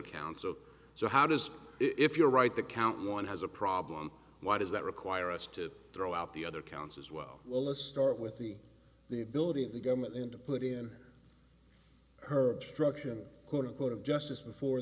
counts or so how does if you're right the count one has a problem why does that require us to throw out the other counts as well well let's start with the the ability of the government to put in her obstruction quote unquote of justice before